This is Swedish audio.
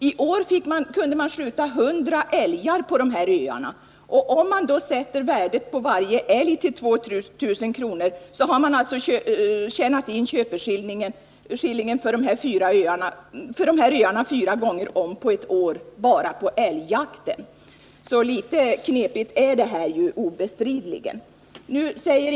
I år kunde man skjuta 100 älgar på dessa öar. Om man sätter värdet på varje älg till 2 000 kr. har man tjänat in köpeskillingen för öarna fyra gånger om på ett år bara på älgjakten. Litet knepigt är obestridligen det här.